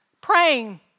praying